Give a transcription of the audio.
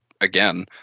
again